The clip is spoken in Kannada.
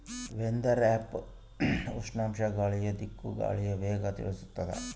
ವೆದರ್ ಆ್ಯಪ್ ಉಷ್ಣಾಂಶ ಗಾಳಿಯ ದಿಕ್ಕು ಗಾಳಿಯ ವೇಗ ತಿಳಿಸುತಾದ